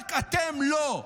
רק אתם לא.